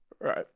right